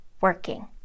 working